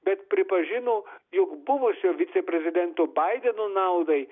bet pripažino jog buvusio viceprezidento baideno naudai